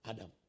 Adam